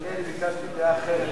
אדוני, אני ביקשתי דעה אחרת.